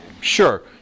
Sure